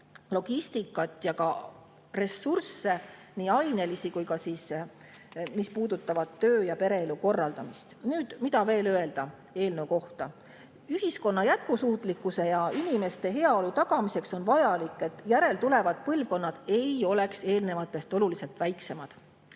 logistikat ja ka ressursse, nii ainelisi kui ka neid, mis puudutavad töö- ja pereelu korraldamist. Nüüd, mida veel öelda eelnõu kohta? Ühiskonna jätkusuutlikkuse ja inimeste heaolu tagamiseks on vajalik, et järeltulevad põlvkonnad ei oleks eelnevatest oluliselt väiksemad.